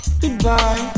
goodbye